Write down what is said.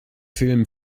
film